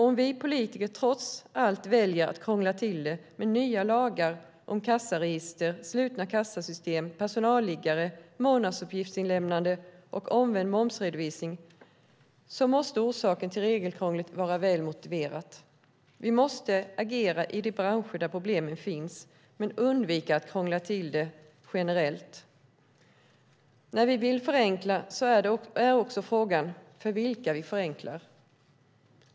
Om vi politiker trots allt väljer att krångla till det med nya lagar om kassaregister, slutna kassasystem, personalliggare, månadsuppgiftsinlämnande och omvänd momsredovisning måste orsaken till regelkrånglet vara väl motiverad. Vi måste agera i de branscher där problemen finns men undvika att krångla till det generellt. När vi vill förenkla är frågan också för vilka vi förenklar.